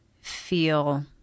feel